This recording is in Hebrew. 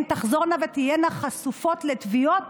הן תחזורנה ותהיינה חשופות לתביעות